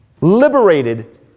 liberated